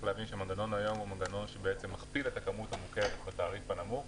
המנגנון היום מכפיל את הכמות --- התעריף הנמוך